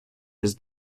his